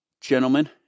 gentlemen